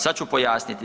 Sad ću pojasniti.